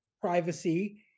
Privacy